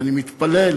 ואני מתפלל